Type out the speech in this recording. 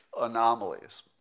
anomalies